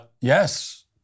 Yes